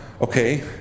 Okay